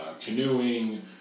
canoeing